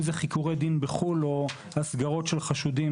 אם אלה חיקורי דין בחו"ל או הסגרות של חשודים